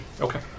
Okay